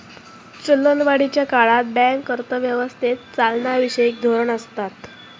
चलनवाढीच्या काळात बँक अर्थ व्यवस्थेत चलनविषयक धोरण आणतत